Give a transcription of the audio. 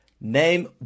Name